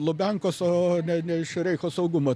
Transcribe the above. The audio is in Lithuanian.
lubiankos o ne ne iš reicho saugumo